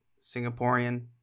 Singaporean